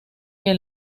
que